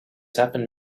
happened